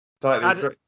Tightly